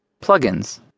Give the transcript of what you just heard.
Plugins